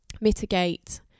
mitigate